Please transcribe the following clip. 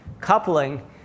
coupling